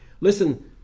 Listen